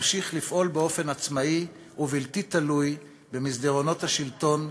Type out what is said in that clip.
תמשיך לפעול באופן עצמאי ובלתי תלוי במסדרונות השלטון,